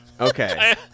okay